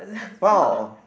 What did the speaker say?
four